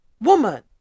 woman